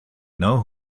know